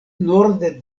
norde